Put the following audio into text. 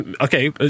Okay